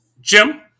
Jim